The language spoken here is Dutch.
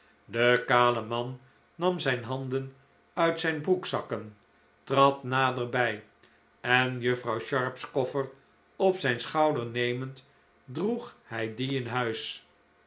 de kale man nam zijn handen uit zijn broekzakken trad naderbij en juffrouw sharp's koffer op zijn schouder nemend droeg hij dien in huis